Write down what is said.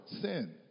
sin